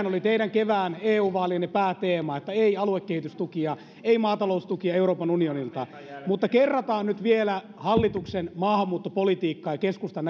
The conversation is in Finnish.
oli teidän kevään eu vaalien pääteemanne että ei aluekehitystukia ei maataloustukia euroopan unionilta kerrataan nyt vielä hallituksen maahanmuuttopolitiikkaa ja keskustan